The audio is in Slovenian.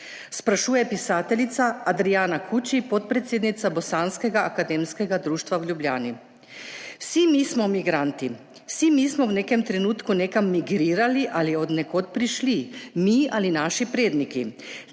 sprašuje pisateljica Adriana Kuči, podpredsednica Bosanskega akademskega društva v Ljubljani. Vsi mi smo migranti, vsi mi smo v nekem trenutku nekam migrirali ali od nekod prišli – mi ali naši predniki.